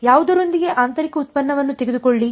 ಯಾವುದರೊಂದಿಗೆ ಆಂತರಿಕ ಉತ್ಪನ್ನವನ್ನು ತೆಗೆದುಕೊಳ್ಳಿ